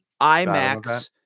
IMAX